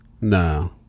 no